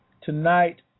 Tonight